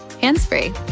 hands-free